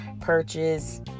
purchase